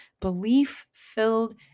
belief-filled